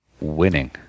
Winning